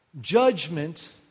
judgment